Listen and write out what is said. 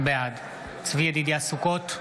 בעד צבי ידידיה סוכות,